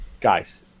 Guys